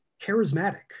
charismatic